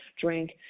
drink